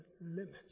limits